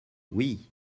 oui